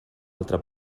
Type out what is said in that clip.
altra